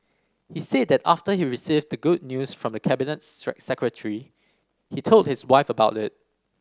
he said that after he received the good news from the Cabinet Secretary he told his wife about it